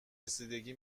رسیدگی